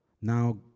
now